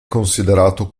considerato